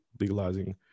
legalizing